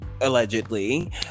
allegedly